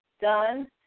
done